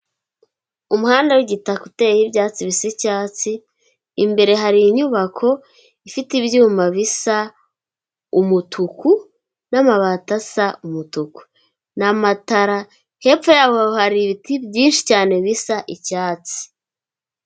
Umuhanda w'igitaka uteyeho ibyatsi bisa icyatsi, imbere hari inyubako, ifite ibyuma bisa umutuku n'amabati asa umutuku n'amatara, hepfo yaho hari ibiti byinshi cyane bisa icyatsi.